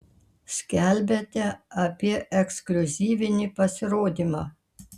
skelbiate apie ekskliuzyvinį pasirodymą